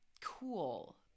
cool